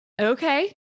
okay